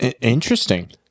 Interesting